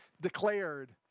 declared